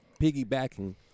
piggybacking